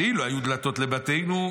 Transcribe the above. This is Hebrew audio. שאילו היו דלתות לבתינו,